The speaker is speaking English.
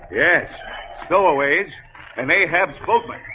yes stowaways and they have spoken.